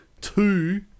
two